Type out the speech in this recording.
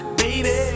baby